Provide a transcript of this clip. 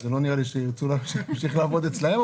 לא נראה לי שירצו שתמשיך לעבוד אצלם...